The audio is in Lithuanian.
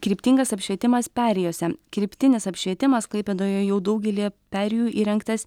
kryptingas apšvietimas perėjose kryptinis apšvietimas klaipėdoje jau daugelyje perėjų įrengtas